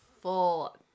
full